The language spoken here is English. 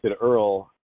Earl